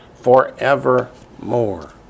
forevermore